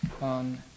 on